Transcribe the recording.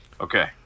Okay